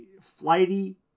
flighty